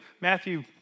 Matthew